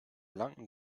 blanken